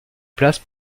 place